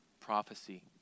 prophecy